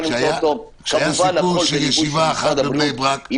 כשהיה סיפור של ישיבה בבני ברק,